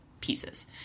pieces